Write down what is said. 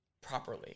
properly